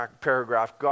paragraph